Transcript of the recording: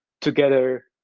together